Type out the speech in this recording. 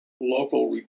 local